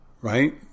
Right